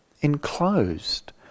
enclosed